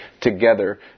together